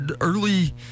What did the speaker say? early